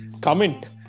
comment